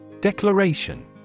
Declaration